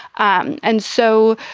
um and so,